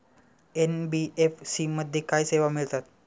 NBFC मध्ये काय सेवा मिळतात?